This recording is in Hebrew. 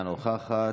אינה נוכחת.